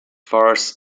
forests